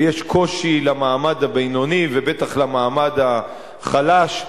ויש קושי למעמד הבינוני ובטח למעמד החלש,